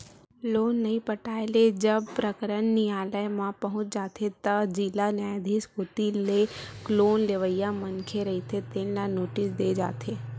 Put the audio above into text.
loan नइ पटाए ले जब प्रकरन नियालय म पहुंच जाथे त जिला न्यायधीस कोती ले लोन लेवइया मनखे रहिथे तेन ल नोटिस दे जाथे